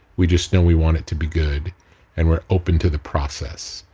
we just know we want it to be good and we're open to the process.